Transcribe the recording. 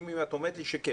ולגיטימי אם את אומרת לי שכן